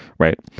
right.